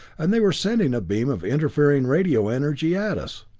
and they were sending a beam of interfering radio energy at us.